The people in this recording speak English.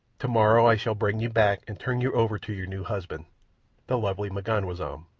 tomorrow i shall bring you back and turn you over to your new husband the lovely m'ganwazam.